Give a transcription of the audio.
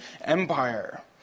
empire